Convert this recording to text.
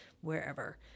wherever